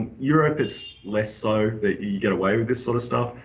europe, it's less so that you get away with this sorta stuff,